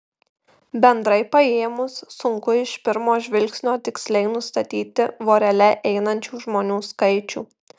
bendrai paėmus sunku iš pirmo žvilgsnio tiksliai nustatyti vorele einančių žmonių skaičių